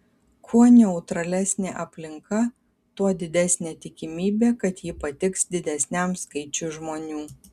kuo neutralesnė aplinka tuo didesnė tikimybė kad ji patiks didesniam skaičiui žmonių